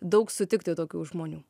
daug sutikti tokių žmonių